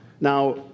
Now